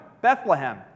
Bethlehem